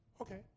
okay